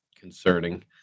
concerning